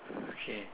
okay